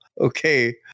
Okay